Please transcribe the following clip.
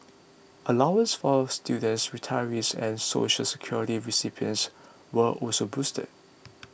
allowances for students retirees and Social Security recipients were also boosted